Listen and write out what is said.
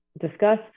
discuss